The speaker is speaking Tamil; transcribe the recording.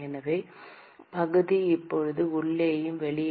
எனவே பகுதி இப்போது உள்ளேயும் வெளியேயும் 2pi r1 L